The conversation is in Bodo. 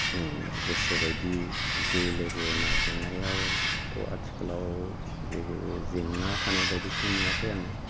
गोसोबायदि जिउ लोगो नागिरनायावथ' आथिखालाव जेबो जेंना थानायबायदिखौ नुवाखै आङो